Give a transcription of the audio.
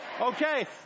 Okay